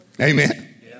Amen